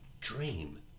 dream